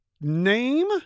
name